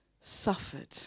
suffered